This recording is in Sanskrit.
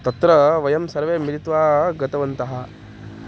तत्र वयं सर्वे मिलित्वा गतवन्तः